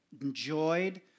enjoyed